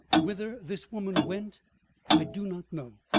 whither this woman went i do not know,